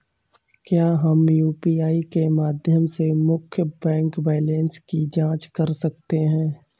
क्या हम यू.पी.आई के माध्यम से मुख्य बैंक बैलेंस की जाँच कर सकते हैं?